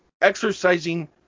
exercising